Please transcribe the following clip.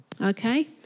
Okay